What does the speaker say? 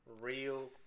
real